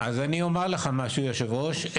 אז אני אומר לך משהו יושב הראש.